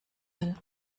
will